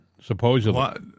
supposedly